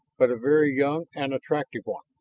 but a very young and attractive one.